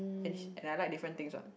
and I like different thing what